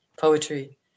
Poetry